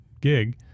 gig